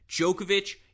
Djokovic